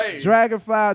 Dragonfly